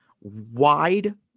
wide